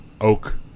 oak